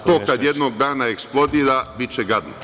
A to kada jednog dana eksplodira, biće gadno.